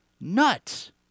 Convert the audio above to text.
nuts